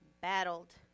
battled